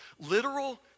literal